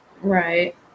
Right